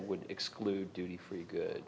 would exclude duty free good